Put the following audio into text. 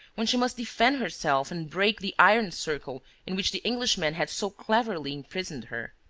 when she must defend herself and break the iron circle in which the englishman had so cleverly imprisoned her?